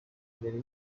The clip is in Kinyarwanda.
imbere